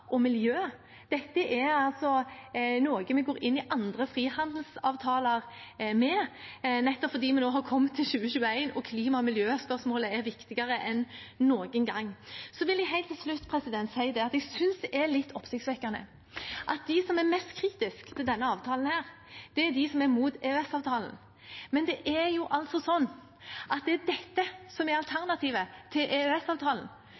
og miljø. Dette er noe vi går inn i andre frihandelsavtaler med, nettopp fordi vi har kommet til 2021, og klima- og miljøspørsmålet er viktigere enn noen gang. Så vil jeg helt til slutt si at jeg synes det er litt oppsiktsvekkende at de som er mest kritiske til denne avtalen, er de som er imot EØS-avtalen. Men det er dette som er alternativet til EØS-avtalen. Sånne frihandelsavtaler, sånne prosesser, sånne diskusjoner er